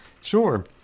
Sure